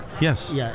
Yes